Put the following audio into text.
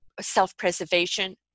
self-preservation